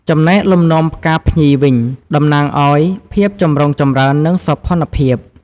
ចំណែកលំនាំផ្កាភ្ញីវិញ តំណាងឱ្យ ភាពចម្រុងចម្រើន និងសោភ័ណភាព។